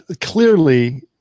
clearly